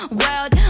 world